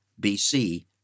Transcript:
BC